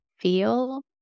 feel